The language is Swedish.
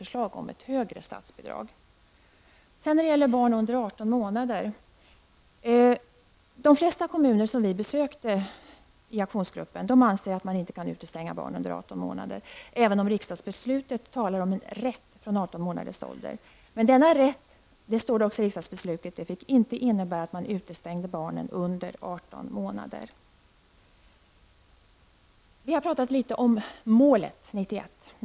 Vidare har vi de barnsom är under 18 månader. De flesta kommuner som aktionsgruppen besökte anser att det inte går att utestänga barn under 18 månader, även om riksdagsbeslutet talar om en rätt från 18 månaders ålder. Men denna rätt innebär inte att man får utestänga barn under 18 månader. Vi har pratat litet om målet 1991.